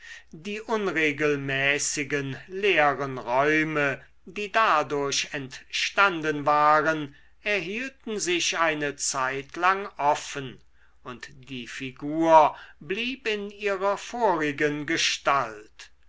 die unregelmäßigen leeren räume die dadurch entstanden waren erhielten sich eine zeitlang offen und die figur blieb in ihrer vorigen gestalt